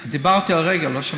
הטבק, דיברתי הרגע.